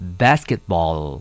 basketball